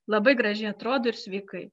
labai gražiai atrodo ir sveikai